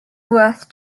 worth